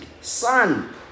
Son